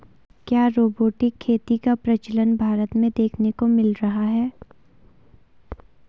क्या रोबोटिक खेती का प्रचलन भारत में देखने को मिल रहा है?